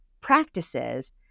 practices